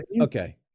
okay